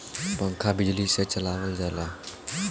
पंखा बिजली से चलावल जाला